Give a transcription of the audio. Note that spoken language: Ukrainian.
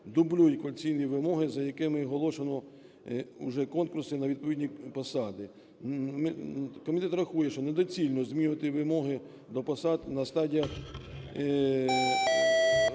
дублює кваліфікаційні вимоги, за якими і оголошено уже конкурси на відповідні посади. Комітет рахує, що недоцільно змінювати вимоги до посад на стадіях